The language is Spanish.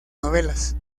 novelas